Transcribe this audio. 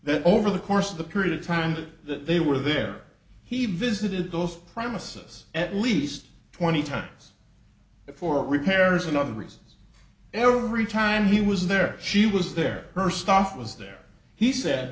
that over the course of the period of time that they were there he visited those premises at least twenty times for repairs and other reasons every time he was there she was there her stuff was there he said